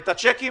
את הצ'קים